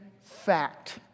fact